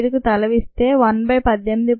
85 కు తలవిస్తే 1 బై 18